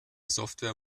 software